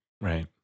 Right